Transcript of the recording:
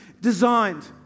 designed